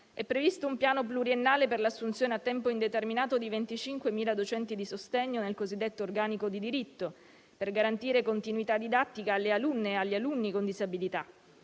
È previsto un piano pluriennale per l'assunzione a tempo indeterminato di 25.000 docenti di sostegno nel cosiddetto organico di diritto, per garantire continuità didattica alle alunne e agli alunni con disabilità.